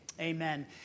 amen